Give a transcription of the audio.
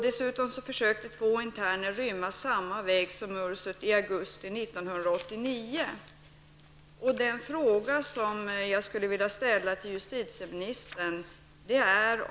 Dessutom försökte två interner i augusti 1989 rymma samma väg som Ursut.